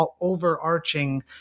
overarching